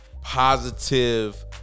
positive